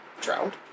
drowned